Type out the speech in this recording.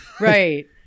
Right